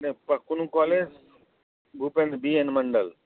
कोन college Bhupendra B N मण्डल